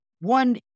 one